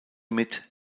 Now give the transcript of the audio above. mit